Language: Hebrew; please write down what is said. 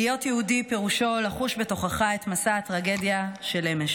"להיות יהודי פירושו לחוש בתוכך את משא הטרגדיה של אמש"